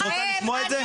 את רוצה לשמוע את זה?